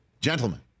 gentlemen